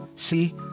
See